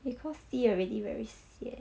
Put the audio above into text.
because see already very sian